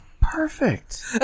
Perfect